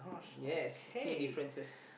yes two differences